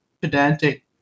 pedantic